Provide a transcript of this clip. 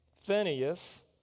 Phineas